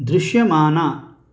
దృశ్యమాన